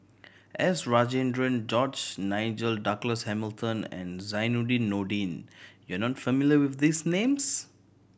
S Rajendran George Nigel Douglas Hamilton and Zainudin Nordin you are not familiar with these names